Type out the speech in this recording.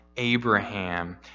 Abraham